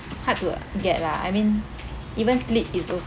hard to like get lah I mean even sleep is also